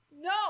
No